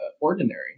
ordinary